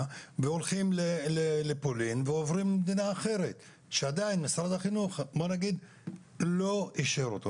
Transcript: ועוברים למוסד במדינה אחרת שמשרד החינוך עדיין לא אישר אותו.